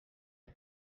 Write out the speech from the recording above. src